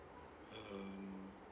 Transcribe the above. um